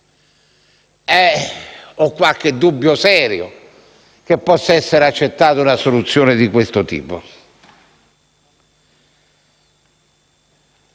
Ho qualche serio dubbio che possa essere accettata una soluzione di questo tipo.